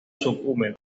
subhúmedo